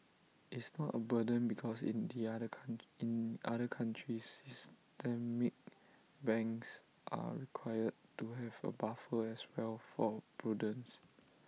it's not A burden because in the other count in other countries systemic banks are required to have A buffer as well for prudence